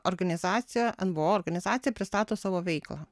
organizacija nvo organizacija pristato savo veiklą